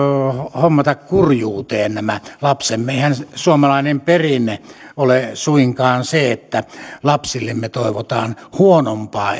hommata kurjuuteen nämä lapsemme eihän suomalainen perinne ole suinkaan se että lapsillemme toivotaan huonompaa